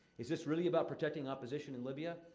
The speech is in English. is this really about protecting opposition in libya?